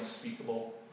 unspeakable